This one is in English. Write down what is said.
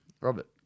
Robert